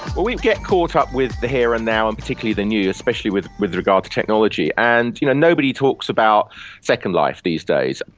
well, we get caught up with the here and now, and particularly the new, especially with regard regard to technology. and you know nobody talks about second life these days.